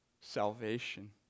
salvation